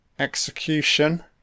Execution